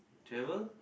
travel